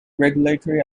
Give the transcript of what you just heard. regulatory